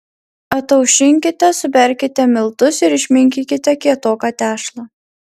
ataušinkite suberkite miltus ir išminkykite kietoką tešlą